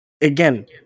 again